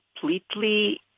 completely